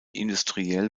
industriell